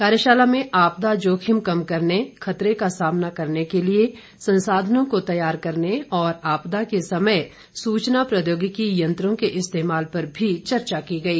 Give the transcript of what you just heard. कार्यशाला में आपदा जोखिम कम करने खतरे का सामना करने के लिए संसाधनों को तैयार करने और आपदा के समय सूचना प्रौद्योगिकी यंत्रों के इस्तेमाल पर भी चर्चा की गई